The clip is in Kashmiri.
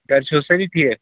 گَرِ چھِو حظ سٲری ٹھیٖک